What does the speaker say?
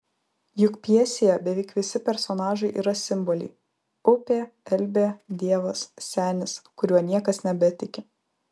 juk pjesėje beveik visi personažai yra simboliai upė elbė dievas senis kuriuo niekas nebetiki